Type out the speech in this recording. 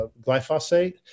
Glyphosate